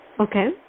okay